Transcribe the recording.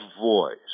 voice